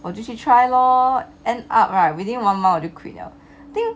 我就去 try lor end up right within one month 我就 quit 了